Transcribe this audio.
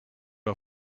are